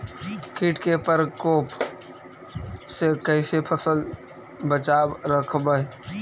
कीट के परकोप से कैसे फसल बचाब रखबय?